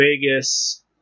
Vegas